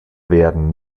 werden